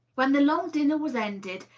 when the long dinner was ended,